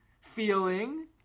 feeling